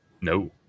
No